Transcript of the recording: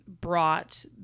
brought